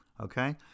Okay